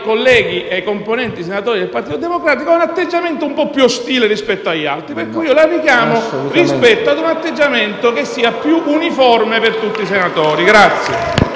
colleghi e componenti del Partito Democratico un atteggiamento più ostile rispetto agli altri. Per cui io la richiamo a un atteggiamento che sia più uniforme per tutti i senatori.